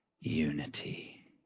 unity